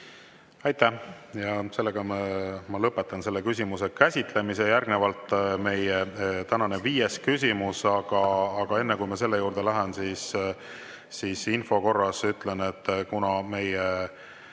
Aitäh! Lõpetan selle küsimuse käsitlemise. Järgnevalt meie tänane viies küsimus. Aga enne, kui ma selle juurde lähen, siis info korras ütlen, et kuna meie